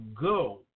go